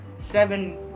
Seven